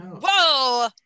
whoa